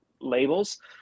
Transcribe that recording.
labels